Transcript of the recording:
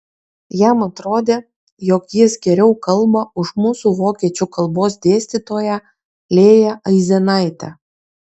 jam atrodė jog jis geriau kalba už mūsų vokiečių kalbos dėstytoją lėją aizenaitę